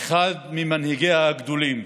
אחד ממנהיגיה הגדולים,